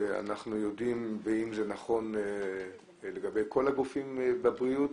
ואם זה נכון לגבי כל הגופים בבריאות